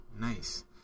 nice